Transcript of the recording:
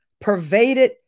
pervaded